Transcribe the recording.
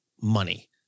money